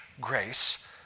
grace